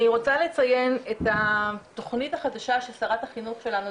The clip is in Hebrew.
אני רוצה לציין את התכנית החדשה ששרת החינוך שלנו,